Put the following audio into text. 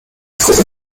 school